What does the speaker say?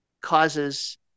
causes